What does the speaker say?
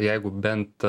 jeigu bent